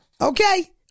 Okay